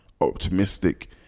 optimistic